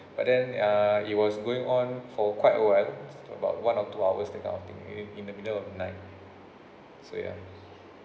but then uh it was going on for quite awhile about one or two hours that kind of thing in in the middle of the night so ya